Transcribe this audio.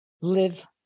Live